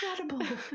incredible